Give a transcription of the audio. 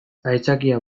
aitzakia